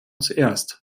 zuerst